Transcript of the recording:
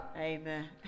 Amen